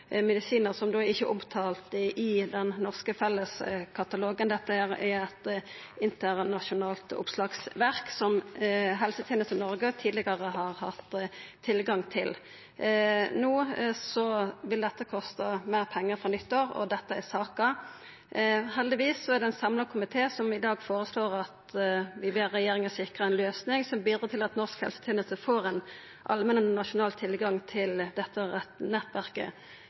medisinar som da ikkje er omtalte i den norske Felleskatalogen. Dette er eit internasjonalt oppslagsverk som helsetenester i Noreg tidlegare har hatt tilgang til. No vil dette kosta meir pengar frå nyttår, og dette er saka. Heldigvis er det ein samla komité som i dag føreslår at vi ber regjeringa sikra ei løysing som bidreg til at norsk helseteneste får allmenn og nasjonal tilgang til dette nettverket.